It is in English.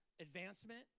advancement